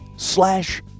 Slash